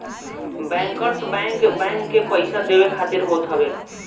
bankers bank, bank के पईसा देवे खातिर होत हवे